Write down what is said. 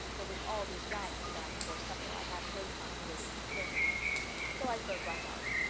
for with all these rags to dye before supper i have no time to waste in flirting so i spoke right out.